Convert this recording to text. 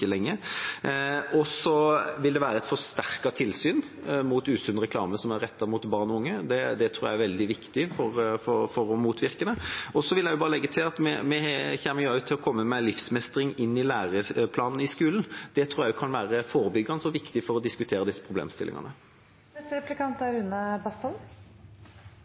lenge. Det vil være et forsterket tilsyn mot usunn reklame som er rettet mot barn og unge. Det tror jeg er veldig viktig for å motvirke det. Så vil jeg bare legge til at vi kommer til å få livsmestring inn i læreplanen i skolen. Det tror jeg også kan være forebyggende og viktig for å diskutere disse problemstillingene. Takk for innlegget fra statsråden. Nå har ikke statsråden sitte veldig lenge i posisjon, men jeg er